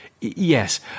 Yes